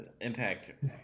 Impact